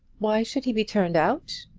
why should he be turned out?